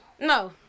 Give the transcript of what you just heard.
no